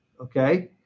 Okay